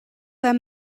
them